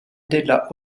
della